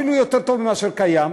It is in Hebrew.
אפילו יותר טובה ממה שקיים,